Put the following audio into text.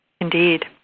Indeed